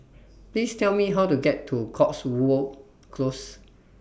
Please Tell Me How to get to Cotswold Close